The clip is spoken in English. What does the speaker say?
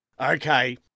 Okay